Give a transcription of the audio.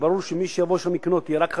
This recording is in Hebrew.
כשברור שמי שיבוא לקנות שם יהיה רק חרדי,